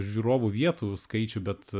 žiūrovų vietų skaičių bet